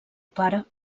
pare